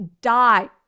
die